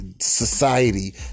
society